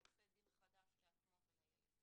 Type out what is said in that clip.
ועושה דין חדש לעצמו ולילד.